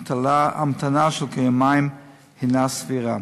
המתנה של כיומיים הנה סבירה.